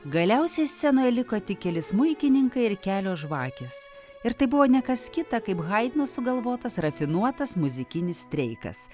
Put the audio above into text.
galiausiai scenoje liko tik keli smuikininkai ir kelios žvakės ir tai buvo ne kas kita kaip haidno sugalvotas rafinuotas muzikinis streikas